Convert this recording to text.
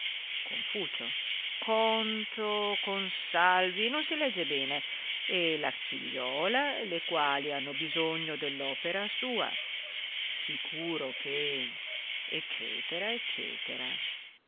cont o consalvi non si legge bene e la figliuola le quali hanno bisogno dell'opera sua sicuro che ecc